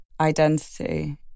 identity